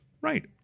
right